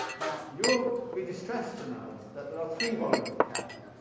now, you'll be distressed to know that there are three volumes of capital.